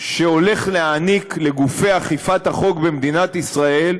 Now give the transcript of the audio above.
שהולך להעניק לגופי אכיפת החוק במדינת ישראל,